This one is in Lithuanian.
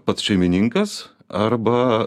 pats šeimininkas arba